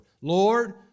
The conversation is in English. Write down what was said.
Lord